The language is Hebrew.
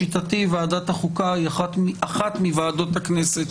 לשיטתי ועדת החוקה היא אחת מוועדות הכנסת